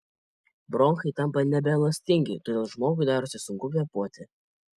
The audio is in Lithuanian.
bronchai tampa nebeelastingi todėl žmogui darosi sunku kvėpuoti